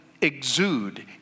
exude